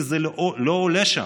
כי זה לא עולה שם.